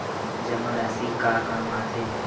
जमा राशि का काम आथे?